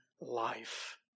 Life